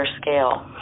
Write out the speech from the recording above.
scale